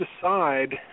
decide